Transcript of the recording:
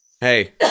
Hey